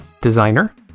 designer